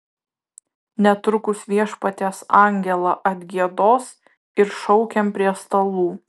netrukus viešpaties angelą atgiedos ir šaukiam prie stalų